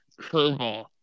curveball